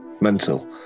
Mental